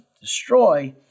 destroy